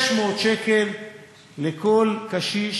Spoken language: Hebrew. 600 שקל לכל קשיש.